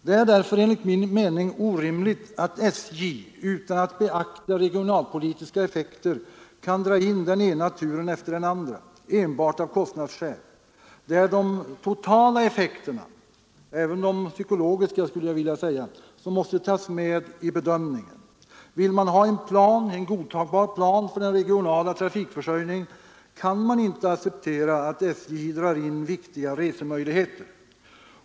Det är därför enligt min mening orimligt att SJ utan att beakta regionalpolitiska effekter kan dra in den ena turen efter Nr 27 den andra enbart av kostnadsskäl. Det är de totala effekterna — även de Torsdagen den psykologiska — som måste tas med i bedömningen. Vill man ha en 21 februari 1974 godtagbar plan för den regionala trafikförsörjningen kan man inte acceptera att SJ drar in viktiga resemöjligheter.